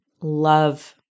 love